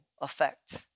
effect